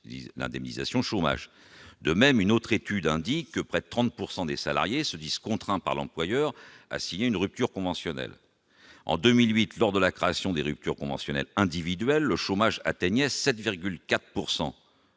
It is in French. l'indemnisation chômage, de même, une autre étude indique que près de 30 pourcent des salariés se disent contraints par l'employeur a signé une rupture conventionnelle en 2008 lors de la création des ruptures conventionnelles individuel le chômage atteignait 7,4